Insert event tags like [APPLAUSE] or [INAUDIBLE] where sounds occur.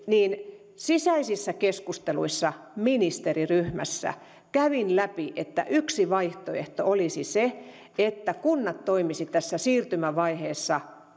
niin sisäisissä keskusteluissa ministeriryhmässä kävin läpi että yksi vaihtoehto olisi se että kunnat toimisivat tässä siirtymävaiheessa [UNINTELLIGIBLE]